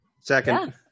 Second